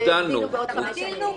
לא, אבל כן הגדלנו.